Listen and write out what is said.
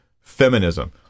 feminism